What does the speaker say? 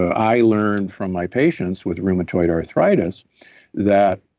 ah i learned from my patients with rheumatoid arthritis that